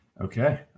Okay